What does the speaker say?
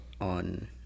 on